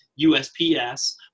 USPS